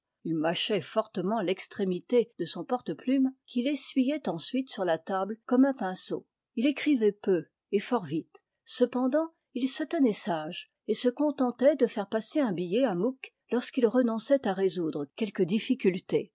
il mâchait fortement l'extrémité de son porteplume qu'il essuyait ensuite sur la table comme un pinceau il écrivait peu et fort vite cependant il se tenait sage et se contentait de faire passer un billet à mouque lorsqu'il renonçait à résoudre quelque difficulté